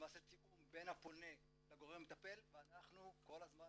תיאום בין הפונה לגורם המטפל ואנחנו כל הזמן